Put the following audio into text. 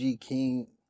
king